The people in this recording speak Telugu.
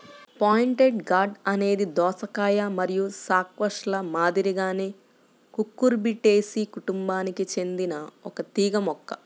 పాయింటెడ్ గార్డ్ అనేది దోసకాయ మరియు స్క్వాష్ల మాదిరిగానే కుకుర్బిటేసి కుటుంబానికి చెందిన ఒక తీగ మొక్క